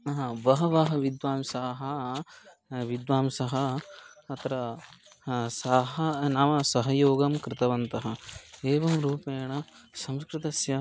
पुनः बहवः विद्वांसः विद्वांसः अत्र सह नाम सहयोगं कृतवन्तः एवं रूपेण संकृतस्य